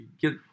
get